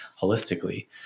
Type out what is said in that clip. holistically